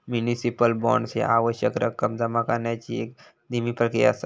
municipal bonds ह्या आवश्यक रक्कम जमा करण्याची एक धीमी प्रक्रिया असा